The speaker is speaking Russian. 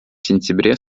сентябре